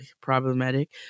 problematic